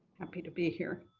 happy to be here.